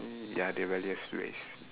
ya rebellious phase